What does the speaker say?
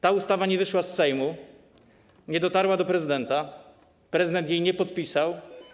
Ta ustawa nie wyszła z Sejmu, nie dotarła do prezydenta, prezydent jej nie podpisał.